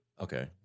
Okay